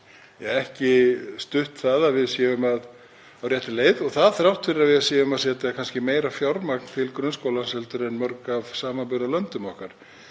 hafa ekki stutt að við séum á réttri leið. Og það þrátt fyrir að við séum að setja kannski meira fjármagn til grunnskólans en mörg af samanburðarlöndum okkar.